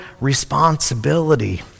responsibility